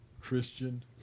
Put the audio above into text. Christian